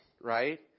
right